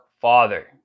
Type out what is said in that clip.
father